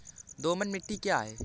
दोमट मिट्टी क्या है?